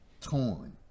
Torn